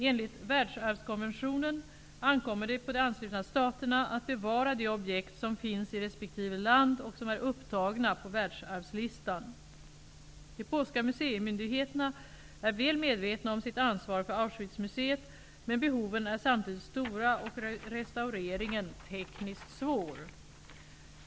Enligt världsarvskonventionen ankommer det på de anslutna staterna att bevara de objekt som finns i resp. land och som är upptagna på världsarvslistan. De polska museimyndigheterna är väl medvetna om sitt ansvar för Auschwitzmuseet, men behoven är samtidigt stora och restaureringen tekniskt svår.